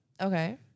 Okay